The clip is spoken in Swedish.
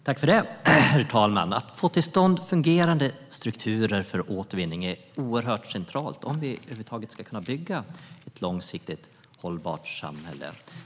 Herr talman! Att få till stånd fungerande strukturer för återvinning är oerhört centralt om vi över huvud taget ska kunna bygga ett långsiktigt hållbart samhälle.